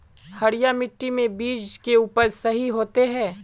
हरिया मिट्टी में बीज के उपज सही होते है?